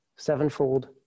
sevenfold